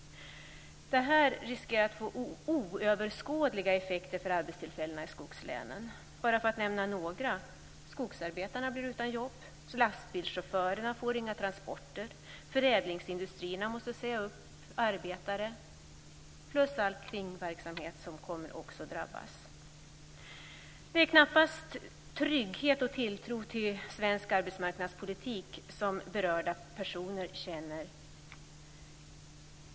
Detta riskerar att få oöverskådliga effekter för arbetstillfällena i skogslänen. Jag kan nämna några: Skogsarbetarna blir utan jobb. Lastbilschaufförerna får inga transporter. Förädlingsindustrierna måste säga upp arbetare. Till detta kommer all kringverksamhet som också kommer att drabbas. Det är knappast trygghet och tilltro till svensk arbetsmarknadspolitik som berörda personer känner.